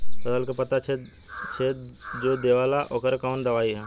फसल के पत्ता छेद जो देवेला ओकर कवन दवाई ह?